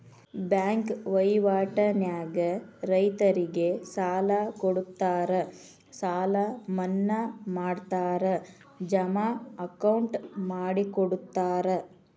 bank ವಹಿವಾಟ ನ್ಯಾಗ ರೈತರಿಗೆ ಸಾಲ ಕೊಡುತ್ತಾರ ಸಾಲ ಮನ್ನಾ ಮಾಡ್ತಾರ ಜಮಾ ಅಕೌಂಟ್ ಮಾಡಿಕೊಡುತ್ತಾರ